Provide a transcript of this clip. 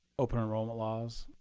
open enrollment laws,